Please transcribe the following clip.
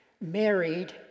married